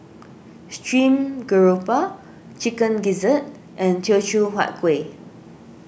Stream Grouper Chicken Gizzard and Teochew Huat Kueh